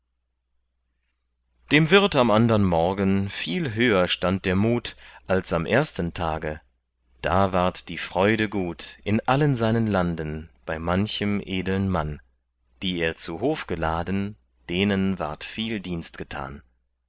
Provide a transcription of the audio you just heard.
dem wirt am andern morgen viel höher stand der mut als am ersten tage da ward die freude gut in allen seinen landen bei manchem edeln mann die er zu hof geladen denen ward viel dienst getan